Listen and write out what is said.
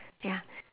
ya